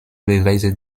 beweise